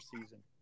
season